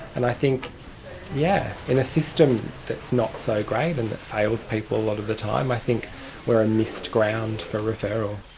and i think yeah, in a system that's not so great and that fails people a lot of the time, i think we're a missed ground for referral.